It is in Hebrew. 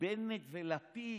בנט ולפיד.